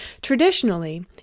Traditionally